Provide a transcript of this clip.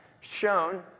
shown